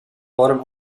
bottom